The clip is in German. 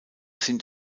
sind